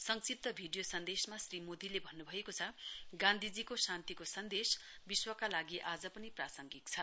संक्षिप्त भीडियो सन्देसमा श्री मोदीले भन्नु भएको छ गान्धीजीको शान्तिको सन्देस विश्वका लागि आज पनि प्रांसङ्गिक छ